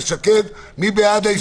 מי בעד ההסתייגות?